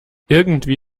irgendwie